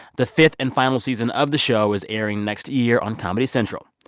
the fifth and final season of the show is airing next year on comedy central.